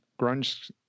grunge